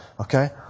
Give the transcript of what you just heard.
Okay